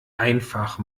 einfach